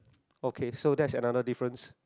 okay so that's another difference